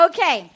Okay